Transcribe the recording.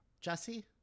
Jesse